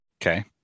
Okay